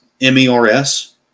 m-e-r-s